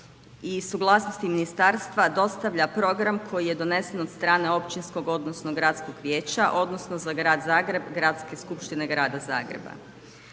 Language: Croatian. i suglasnosti ministarstva dostavlja program koji je donesen od strane Općinskog odnosno Gradskog vijeća, odnosno za grad Zagreb Gradske skupštine grada Zagreba.